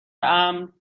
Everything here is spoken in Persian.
امن